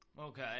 Okay